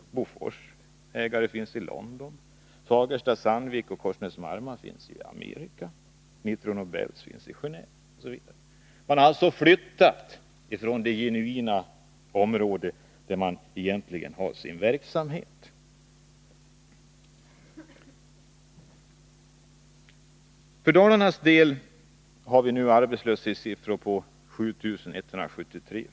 Bofors ägare finns i London, Fagerstas, Sandviks och Korsnäs-Marmas i Amerika och Nitro Nobels i Geneve. De har alltså flyttat från det genuina område där de har sin verksamhet. För Dalarnas del är arbetslöshetssiffran för februari 7173.